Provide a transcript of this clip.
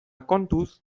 kontuz